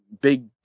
big